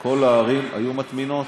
כל הערים היו מטמינות,